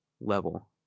level